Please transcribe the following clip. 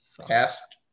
past